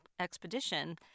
expedition